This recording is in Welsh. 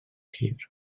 hir